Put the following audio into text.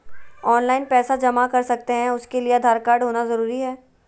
Online पैसा जमा कर सकते हैं उसके लिए आधार कार्ड होना जरूरी है?